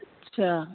अच्छा